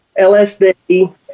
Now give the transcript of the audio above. LSD